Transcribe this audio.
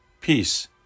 peace